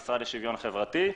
המשרד לשוויון חברתי.